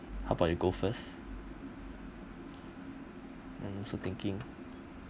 how about you go first I'm also thinking